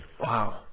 Wow